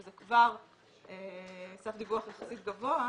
שזה כבר סף דיווח יחסית גבוה,